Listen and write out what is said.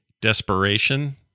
desperation